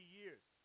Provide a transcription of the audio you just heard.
years